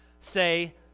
say